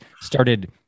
started